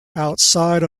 outside